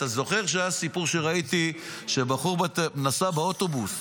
אתה זוכר שהיה סיפור שבחור נסע באוטובוס